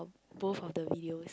both of the videos